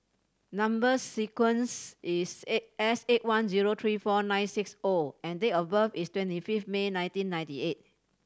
number sequence is S eight one zero three four nine six O and date of birth is twenty fifth May nineteen ninety eight